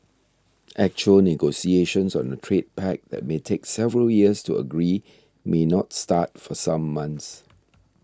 actual negotiations on a trade pact that may take several years to agree may not start for some months